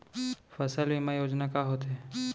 फसल बीमा योजना का होथे?